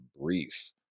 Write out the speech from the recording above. brief